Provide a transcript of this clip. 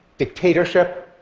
dictatorship,